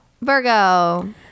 Virgo